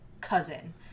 cousin